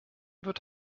wird